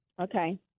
okay